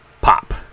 Pop